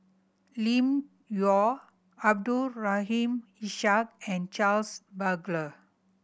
Lim Yau Abdul Rahim Ishak and Charles Paglar